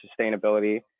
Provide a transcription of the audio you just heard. sustainability